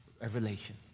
revelation